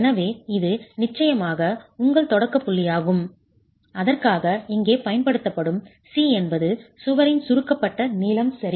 எனவே இது நிச்சயமாக உங்கள் தொடக்கப் புள்ளியாகும் அதற்காக இங்கே பயன்படுத்தப்படும் c என்பது சுவரின் சுருக்கப்பட்ட நீளம் சரி